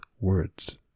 words